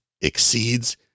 exceeds